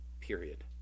period